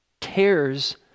tears